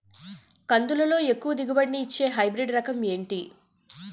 కందుల లో ఎక్కువ దిగుబడి ని ఇచ్చే హైబ్రిడ్ రకం ఏంటి?